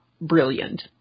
brilliant